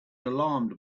alarmed